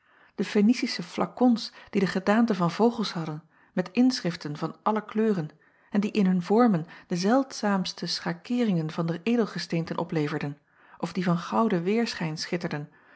e enicische flakons die de gedaante van vogels hadden met inschriften van alle kleuren en die in hun vormen de zeldzaamste schakeeringen van de edelgesteenten opleverden of die van gouden weêrschijn schitterden